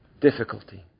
difficulty